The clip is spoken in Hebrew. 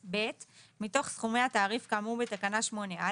מתוך סכומי התעריף כאמור בתקנה 8א,